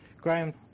graham